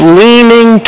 leaning